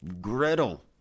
griddle